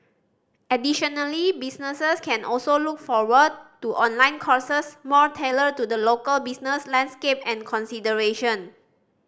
additionally businesses can also look forward to online courses more tailored to the local business landscape and consideration